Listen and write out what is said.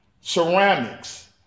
ceramics